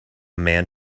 man